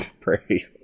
Pray